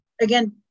again